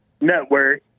network